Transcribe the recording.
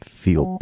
feel